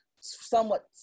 somewhat